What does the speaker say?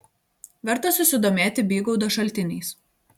verta susidomėti bygaudo šaltiniais